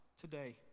today